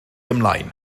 ymlaen